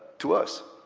to us.